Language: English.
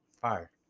Fire